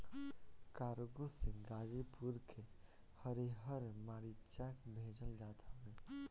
cargo से गाजीपुर के हरिहर मारीचा भेजल जात हवे